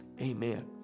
Amen